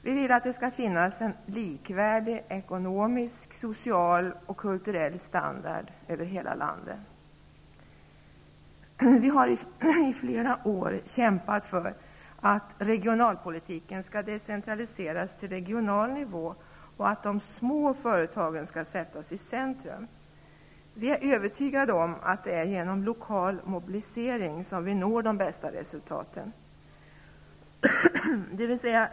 Vi vill att det skall finnas en likvärdig ekonomisk, social och kulturell standard över hela landet. Vi har i flera år kämpat för att regionalpolitiken skall decentraliseras till regional nivå och att de små företagen skall sättas i centrum. Vi är övertygade om att det är genom lokal mobilisering som vi når de bästa resultaten.